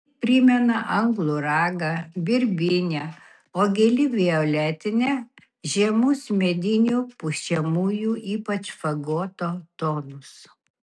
ji primena anglų ragą birbynę o gili violetinė žemus medinių pučiamųjų ypač fagoto tonus